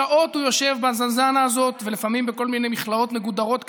שעות הוא יושב בזינזאנה הזאת ולפעמים בכל מיני מכלאות מגודרות כאלה,